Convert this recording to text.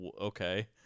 okay